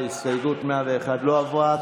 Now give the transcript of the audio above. הסתייגות 101 לא עברה.